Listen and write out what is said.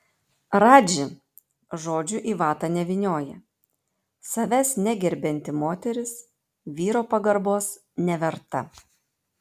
radži žodžių į vatą nevynioja savęs negerbianti moteris vyro pagarbos neverta